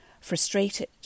Frustrated